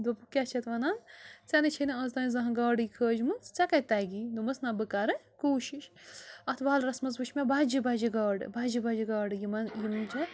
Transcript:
دوٚپُکھ کیٛاہ چھِ اَتھ وَنان ژےٚ نے چھےٚ نہٕ اَز تانۍ زانٛہہ گاڈٕے کھٲجمٕژ ژےٚ کَتہِ تَگی دوٚپمَس نہ بہٕ کَرٕ کوٗشِش اَتھ وَلرَس منٛز وُچھ مےٚ بَجہِ بَجہِ گاڈٕ بَجہِ بَجہِ گاڈٕ یِمَن یِم چھےٚ